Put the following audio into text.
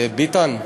ביטן.